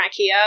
Ikea